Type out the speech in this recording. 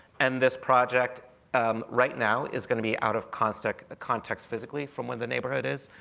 and this project right now is going to be out of context context physically from where the neighborhood is,